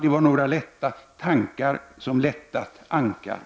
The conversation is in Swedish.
Det var några lätta tankar som lättat ankar.